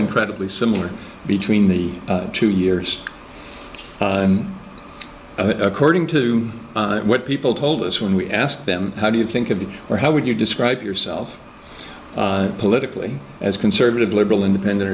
incredibly similar between the two years according to what people told us when we asked them how do you think of it or how would you describe yourself politically as conservative liberal independent